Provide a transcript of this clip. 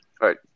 right